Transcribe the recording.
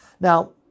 Now